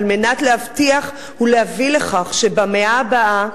על מנת להבטיח ולהביא לכך שבמאה הבאה